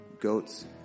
goats